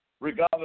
Regardless